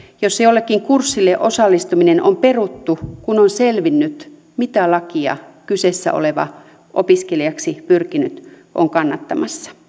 jossa jollekin kurssille osallistuminen on peruttu kun on selvinnyt mitä lakia kyseessä oleva opiskelijaksi pyrkinyt kannattaa